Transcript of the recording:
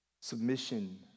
submission